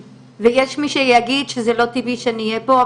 יש מי שיגיד שזה לא טבעי שאני אהיה פה,